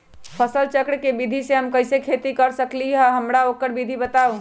फसल चक्र के विधि से हम कैसे खेती कर सकलि ह हमरा ओकर विधि बताउ?